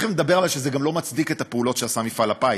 אבל תכף נדבר שזה גם לא מצדיק את הפעולות שעשה מפעל הפיס.